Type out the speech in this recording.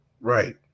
right